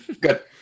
Good